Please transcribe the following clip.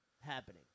Happening